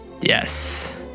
Yes